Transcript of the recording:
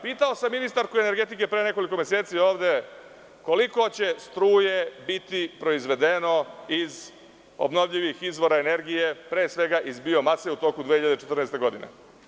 Pitao sam ministarku energetike pre nekoliko meseci ovde, koliko će struje biti proizvedeno iz obnovljivih izvora energije, pre svega iz biomase u toku 2014. godine?